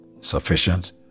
Sufficient